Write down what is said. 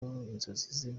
inzozi